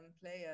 players